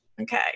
Okay